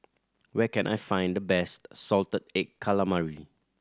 where can I find the best salted egg calamari